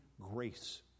grace